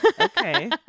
Okay